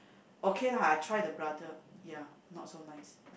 okay lah I try the brother ya not so nice